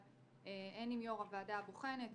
הן עם יו"ר הוועדה הבוחנת,